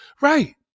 Right